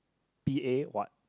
P_A what